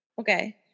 Okay